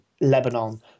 Lebanon